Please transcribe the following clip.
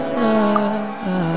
love